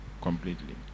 completely